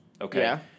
Okay